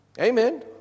Amen